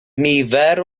nifer